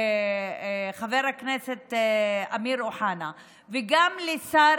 חבר הכנסת אמיר אוחנה, וגם לשר